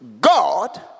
God